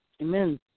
Amen